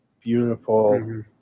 beautiful